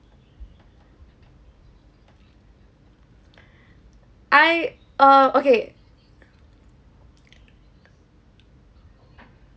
I err okay